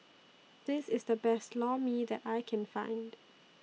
This IS The Best Lor Mee that I Can Find